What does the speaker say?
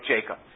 Jacob